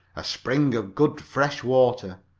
a spring of good, fresh water.